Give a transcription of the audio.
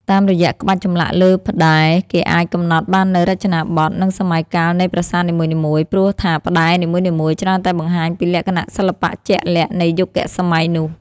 តាមរយៈក្បាច់ចម្លាក់លើផ្តែរ គេអាចកំណត់បាននូវរចនាបថ និងសម័យកាលនៃប្រាសាទនីមួយៗ ព្រោះថាផ្តែរនីមួយៗច្រើនតែបង្ហាញពីលក្ខណៈសិល្បៈជាក់លាក់នៃយុគសម័យនោះ។